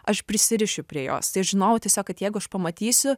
aš prisirišiu prie jos tai aš žinojau tiesiog kad jeigu aš pamatysiu